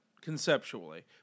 conceptually